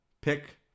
pick